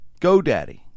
GoDaddy